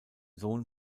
sohn